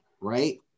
right